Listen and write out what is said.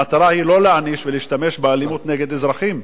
המטרה היא לא להעניש ולהשתמש באלימות נגד אזרחים,